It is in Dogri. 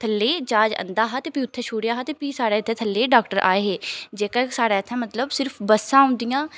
थ'ल्ले जहाज आंदा हा ते भी उ'त्थें छुड़ेआ ते भी साढ़े इ'त्थें थ'ल्ले ई डॉक्टर आए हे जेह्के साढ़े इ'त्थें मतलब सिर्फ बस्सां औंदियां